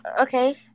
okay